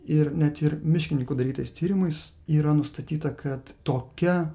ir net ir miškininkų darytais tyrimais yra nustatyta kad tokia